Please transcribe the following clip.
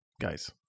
guys